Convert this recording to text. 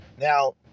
Now